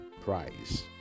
prize